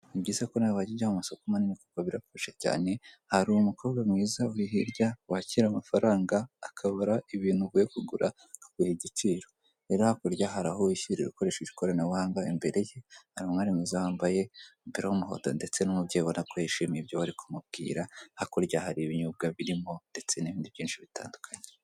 Ni byiza ko na wajyagira mu masosoko manini kuko birafasha cyane, hari umukobwa mwiza ako hirya wakira amafaranga akabara ibintu uvuye kugura akaguha igiciro, rero hakurya hari aho wishyurira ukoresheje ikoranabuhanga imbere he hari umwari mwiza wambaye umupira w'umuhondo ndetse n'umubyeyi ubona ko yishimiye ibyo bari kumubwira, hakurya hari ibinyobwa birimo ndetse n'ibindi byinshi bitandukanye.